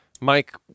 Mike